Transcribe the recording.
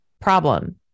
problem